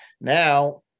Now